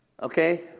Okay